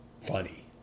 funny